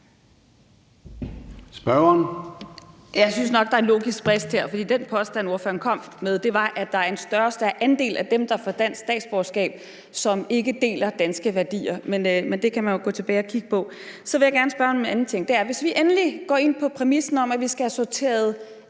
Stampe (RV): Jeg synes nok, der er en logisk brist her. For den påstand, ordføreren kom med, var, at der er en større og større andel af dem, der får dansk statsborgerskab, som ikke deler danske værdier. Men det kan man jo gå tilbage og kigge på. Så vil jeg gerne spørge om en anden ting. Det er, at hvis vi endelig går ind på præmissen om, at vi skal have sorteret